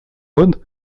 год